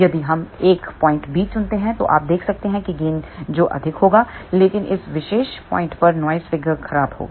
यदि हम एक पॉइंट B चुनते हैं तो आप देख सकते हैं कि गेन जो अधिक होगा लेकिन इस विशेष पॉइंट पर नॉइस फिगर खराब होगा